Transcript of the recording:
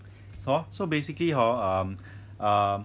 hor so basically hor um um